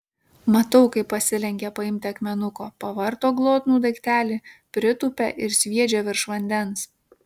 matau kaip pasilenkia paimti akmenuko pavarto glotnų daiktelį pritūpia ir sviedžia virš vandens